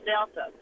Delta